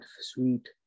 sweet